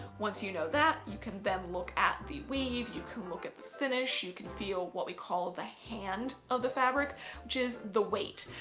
once you know that, you can then look at the weave, you can look at the finish, you can feel what we call the hand of the fabric which is the weight.